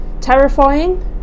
terrifying